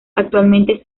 actualmente